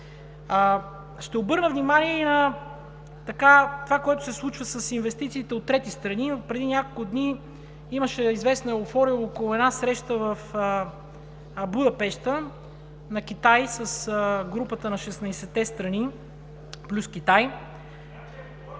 Ще обърна внимание и на това, което се случва с инвестициите от трети страни. Преди няколко дни имаше известна еуфория около една среща в Будапеща на Китай с Групата на шестнадесетте страни, плюс Китай.